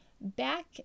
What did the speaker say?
Back